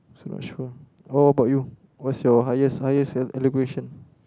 so not sure what about you what's your highest highest edu~ education